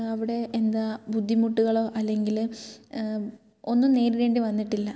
അവിടെ എന്താ ബുദ്ധിമുട്ടുകളോ അല്ലെങ്കിൽ ഒന്നും നേരിടേണ്ടി വന്നിട്ടില്ല